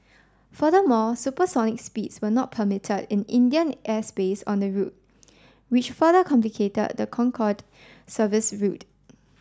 furthermore supersonic speeds were not permit in Indian airspace on the route which further complicated the Concorde service's route